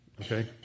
Okay